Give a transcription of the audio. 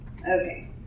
Okay